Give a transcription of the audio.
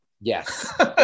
yes